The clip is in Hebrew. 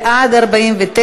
להעביר את